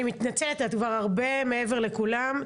אני מתנצלת, את כבר הרבה מעבר לכולם.